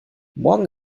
morgen